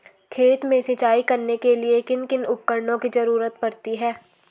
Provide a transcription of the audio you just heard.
खेत में सिंचाई करने के लिए किन किन उपकरणों की जरूरत पड़ती है?